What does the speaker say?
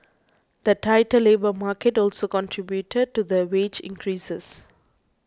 the tighter labour market also contributed to the wage increases